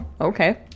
okay